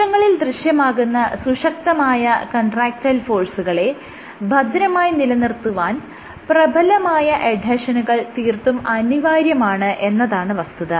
കോശങ്ങളിൽ ദൃശ്യമാകുന്ന സുശക്തമായ കൺട്രാക്ടയിൽ ഫോഴ്സുകളെ ഭദ്രമായി നിലനിർത്തുവാൻ പ്രബലമായ എഡ്ഹെഷനുകൾ തീർത്തും അനിവാര്യമാണ് എന്നതാണ് വസ്തുത